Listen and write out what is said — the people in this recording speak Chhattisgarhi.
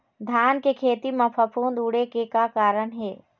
धान के खेती म फफूंद उड़े के का कारण हे?